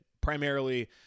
Primarily